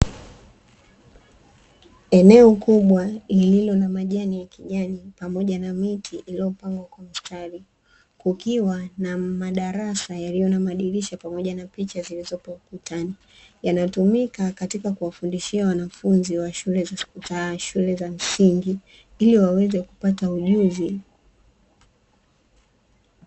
Eneo kubwa lililo na majani ya kijani, pamoja na miti iliyopangwa kwa mstari, kukiwa na madarasa yaliyo na madirisha pamoja na picha zilizopo ukutani. Yanatumika katika kuwafundisha wanafunzi wa shule za msingi ili waweze kupata ujuzi.